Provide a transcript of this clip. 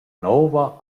nouva